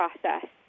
process